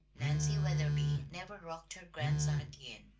nancy wetherby never rocked her grandson again,